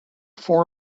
four